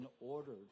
ordered